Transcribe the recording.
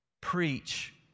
preach